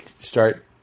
start